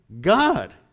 God